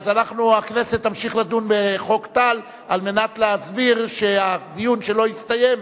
הכנסת תמשיך לדון בחוק טל על מנת להסביר שהדיון שלא הסתיים,